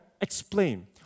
explain